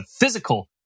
physical